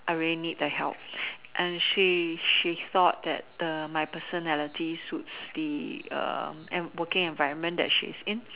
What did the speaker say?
I really need the help and she she thought that the my personality suits the working environment that she's in